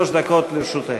גברתי, שלוש דקות לרשותך.